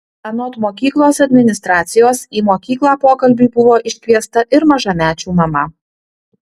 anot mokyklos administracijos į mokyklą pokalbiui buvo iškviesta ir mažamečių mama